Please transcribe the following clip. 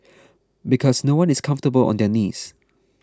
because no one is comfortable on their knees